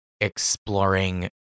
exploring